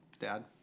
Dad